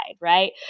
right